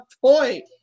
point